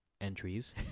entries